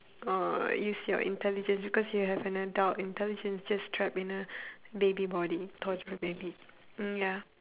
or use your intelligence because you have an adult intelligence just trapped in a baby body toddler baby mm ya